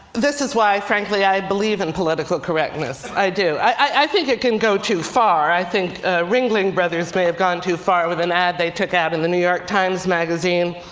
this is why, frankly, i believe in political correctness. i do. i think it can go too far. i think ringling brothers may have gone too far with an ad they took out in the new york times magazine.